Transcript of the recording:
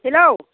hello